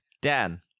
Dan